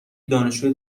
دانشجوی